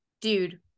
dude